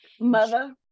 mother